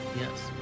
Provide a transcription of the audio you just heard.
Yes